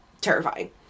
terrifying